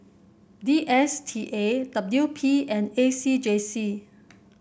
D S T A W P and A C J C